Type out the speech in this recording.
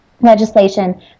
legislation